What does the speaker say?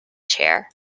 chair